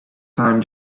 time